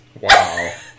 Wow